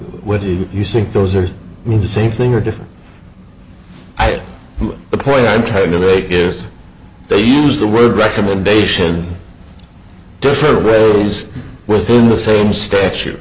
what would you say those are the same thing or different i mean the point i'm trying to make is they use the word recommendation different ways within the same statu